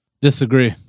Disagree